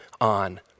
on